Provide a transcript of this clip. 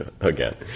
again